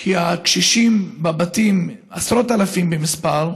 כי הקשישים בבתים, עשרות אלפים במספר,